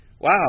wow